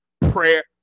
prayer